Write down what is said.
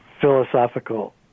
philosophical